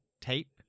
tape